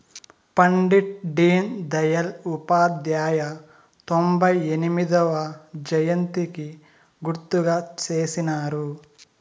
పండిట్ డీన్ దయల్ ఉపాధ్యాయ తొంభై ఎనిమొదవ జయంతికి గుర్తుగా చేసినారు